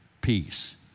peace